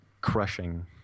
crushing